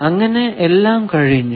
അങ്ങനെ എല്ലാം കഴിഞ്ഞു